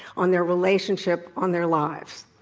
on their relationship, on their lives.